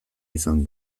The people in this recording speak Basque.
izan